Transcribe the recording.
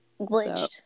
glitched